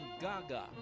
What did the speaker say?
gaga